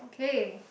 okay